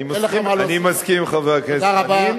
אני מסכים עם חבר הכנסת חנין.